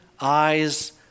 eyes